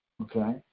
okay